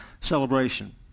celebration